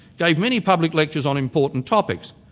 gave many public lectures on important topics,